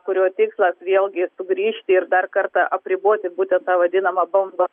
kurio tikslas vėlgi sugrįžti ir dar kartą apriboti būtent tą vadinamą bombą